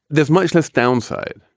there's much less downside,